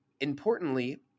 Importantly